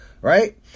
right